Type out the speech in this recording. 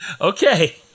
okay